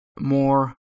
more